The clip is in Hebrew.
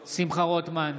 רוטמן,